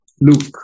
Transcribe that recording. Luke